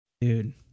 Dude